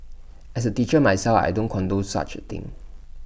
as A teacher myself I don't condone such A thing